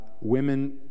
women